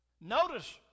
Notice